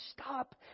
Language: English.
stop